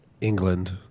England